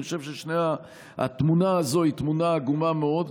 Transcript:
אני חושב שהתמונה הזאת היא עגומה מאוד,